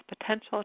potential